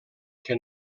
que